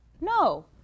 No